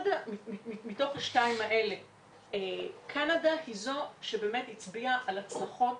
מתוך השתיים האלה קנדה היא זאת שהצביעה על הצלחות.